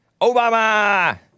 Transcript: OBAMA